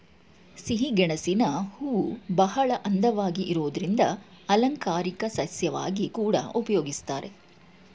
ಸಿಹಿಗೆಣಸಿನ ಹೂವುಬಹಳ ಅಂದವಾಗಿ ಇರೋದ್ರಿಂದ ಅಲಂಕಾರಿಕ ಸಸ್ಯವಾಗಿ ಕೂಡಾ ಉಪಯೋಗಿಸ್ತಾರೆ